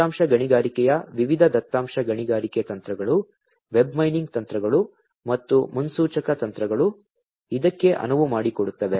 ದತ್ತಾಂಶ ಗಣಿಗಾರಿಕೆಯ ವಿವಿಧ ದತ್ತಾಂಶ ಗಣಿಗಾರಿಕೆ ತಂತ್ರಗಳು ವೆಬ್ ಮೈನಿಂಗ್ ತಂತ್ರಗಳು ಮತ್ತು ಮುನ್ಸೂಚಕ ತಂತ್ರಗಳು ಇದಕ್ಕೆ ಅನುವು ಮಾಡಿಕೊಡುತ್ತವೆ